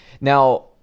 Now